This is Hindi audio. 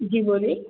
जी बोलिए